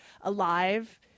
alive